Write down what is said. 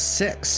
six